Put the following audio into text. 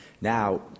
Now